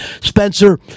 Spencer